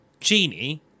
genie